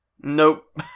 nope